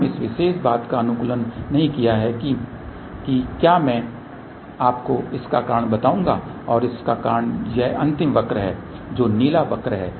हम इस विशेष बात का अनुकूलन नहीं किया है कि क्या मैं आपको इसका कारण बताऊंगा और इसका कारण यहां अंतिम वक्र है जो नीला वक्र है